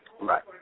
Right